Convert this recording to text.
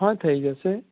હાં થઈ જશે